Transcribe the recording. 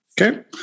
Okay